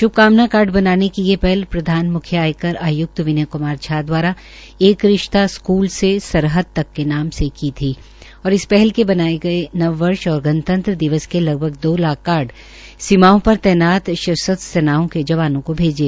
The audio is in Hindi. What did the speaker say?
श्भकामना कार्ड बनाने की ये पहल प्रधान मुख्य आयकर आयुक्त विनय कुमार झा दवारा एक रिश्ता स्कुल से सरहद तक के नाम से की थी और इस पहल के बनाए गए नववर्ष और गणतंत्र दिवस के लगभग दो लाख कार्ड सीमाओं तैनात सशस्त्र सेनाओं के जवानों को भैजे